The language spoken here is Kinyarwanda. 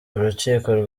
urukiko